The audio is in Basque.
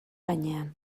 gainean